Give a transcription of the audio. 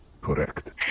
correct